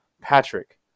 Patrick